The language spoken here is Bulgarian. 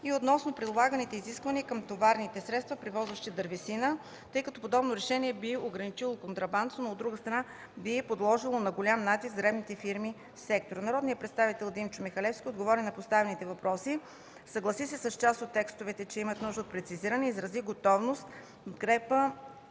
и относно предлаганите изисквания към товарните средства, превозващи дървесина, тъй като подобно решение би ограничило контрабандата, но от друга страна би подложило на голям натиск дребните фирми в сектора. Народният представител Димчо Михалевски отговори на поставените въпроси, съгласи се, че част от текстовете имат нужда от прецизиране и изрази готовност и подкрепа